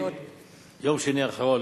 ביום שני האחרון,